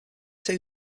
two